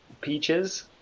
Peaches